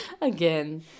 Again